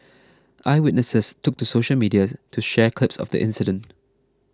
eyewitnesses took to social media to share clips of the incident